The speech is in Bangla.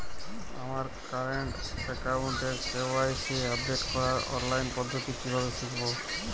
আমার কারেন্ট অ্যাকাউন্টের কে.ওয়াই.সি আপডেট করার অনলাইন পদ্ধতি কীভাবে শিখব?